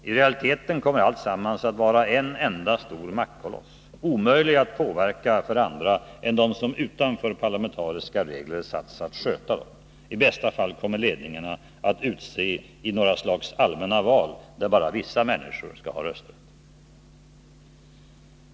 I realiteten kommer alltsammans att vara en enda stor maktkoloss, omöjlig att påverka för andra än dem som utanför alla parlamentariska regler satts att sköta dem. I bästa fall kommer ledningen att utses i något slags allmänna val, där bara vissa människor skall ha rösträtt.